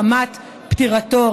מחמת פטירתו,